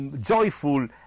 joyful